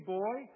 boy